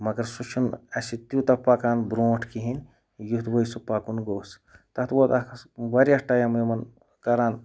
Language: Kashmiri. مگر سُہ چھُنہٕ اَسہِ تیوٗتاہ پَکان بروںٛٹھ کِہیٖنۍ یُتھ وۄنۍ سُہ پَکُن گوٚژھ تَتھ ووت اَکھ واریاہ ٹایم یِمَن کَران